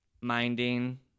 Minding